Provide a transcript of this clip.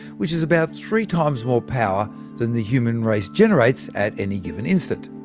which is about three times more power than the human race generates at any given instant.